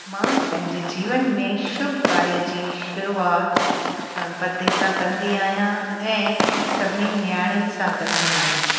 मां पंहिंजे जीवन में शुभ कार्य जी शुरूआति गणपति सां कंदी आहियां ऐं सभिनीनि नयाणियुनि सां कंदी आहियां